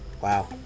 wow